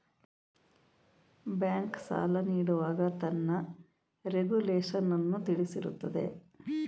bank, ಸಾಲ ನೀಡುವಾಗ ತನ್ನ ರೆಗುಲೇಶನ್ನನ್ನು ತಿಳಿಸಿರುತ್ತದೆ